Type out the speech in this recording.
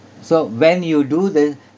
so when you do the